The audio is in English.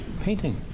painting